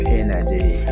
energy